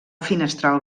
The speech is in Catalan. finestral